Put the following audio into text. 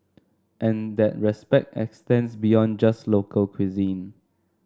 and that respect extends beyond just local cuisine